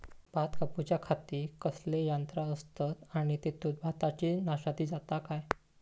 भात कापूच्या खाती कसले यांत्रा आसत आणि तेतुत भाताची नाशादी जाता काय?